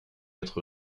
être